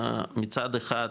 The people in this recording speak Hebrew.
מצד אחד,